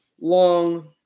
long